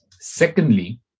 Secondly